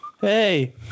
Hey